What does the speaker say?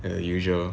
as usual